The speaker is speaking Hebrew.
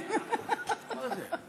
מה זה?